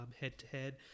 head-to-head